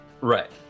Right